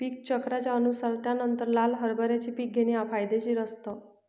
पीक चक्राच्या अनुसार त्यानंतर लाल हरभऱ्याचे पीक घेणे फायदेशीर असतं